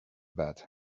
that